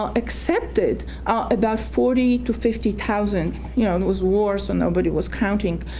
um accepted ah about forty to fifty thousand, you know, it was war, so nobody was counting.